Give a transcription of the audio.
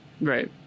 right